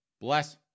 bless